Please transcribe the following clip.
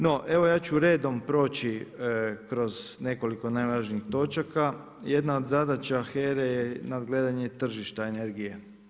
No, evo ja ću redom proći kroz nekoliko najvažnijih točaka, jedna od zadaća HERA-e je nadgledanje tržišta energije.